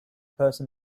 person